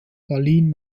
berlin